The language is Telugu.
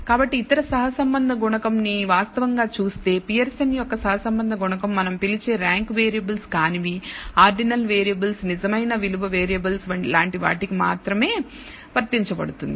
కాబట్టి ఇతర సహసంబంధ గుణకం నీ వాస్తవంగా చూస్తే పియర్సన్ యొక్క సహసంబంధ గుణకం మనం పిలిచే ర్యాంక్ వేరియబుల్స్ కానివి ఆర్డినల్ వేరియబుల్స్ నిజమైన విలువ వేరియబుల్స్ లాంటి వాటికి మాత్రమే వర్తించబడుతుంది